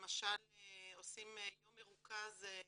למשל עושים יום מרוכז של